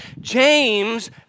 James